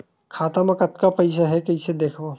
खाता मा कतका पईसा हे कइसे देखबो?